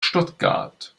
stuttgart